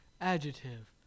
Adjective